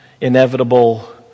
inevitable